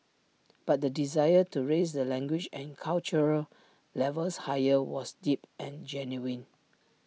but the desire to raise the language and cultural levels higher was deep and genuine